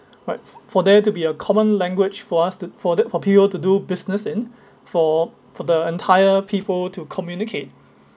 but for there to be a common language for us to for the for people to do business in for for the entire people to communicate